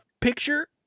picture